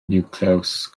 niwclews